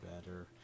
better